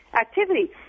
activity